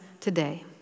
today